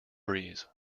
breeze